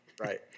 Right